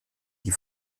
die